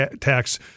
tax